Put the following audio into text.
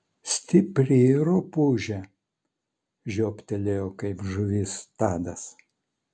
stipri rupūžė žiobtelėjo kaip žuvis tadas